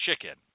chicken